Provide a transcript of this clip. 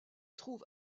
trouve